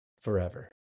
forever